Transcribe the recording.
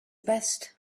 best